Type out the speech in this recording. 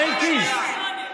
דמי כיס.